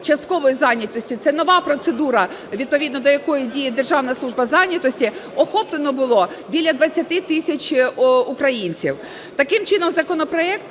це нова процедура відповідно до якої діє Державна служба занятості, охоплено було біля 20 тисяч українців. Таким чином законопроект,